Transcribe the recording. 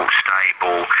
stable